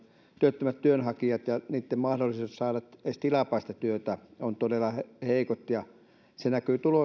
työttömät työnhakijat ja heidän mahdollisuutensa saada edes tilapäistä työtä ovat todella heikot se näkyy